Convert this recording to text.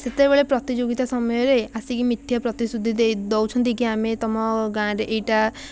ସେତେବେଳେ ପ୍ରତିଯୋଗିତା ସମୟରେ ଆସିକି ମିଥ୍ୟା ପ୍ରତିଶୃତି ଦେଇ ଦେଉଛନ୍ତି କି ଆମେ ତମ ଗାଁରେ ଏଇଟା